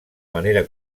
manera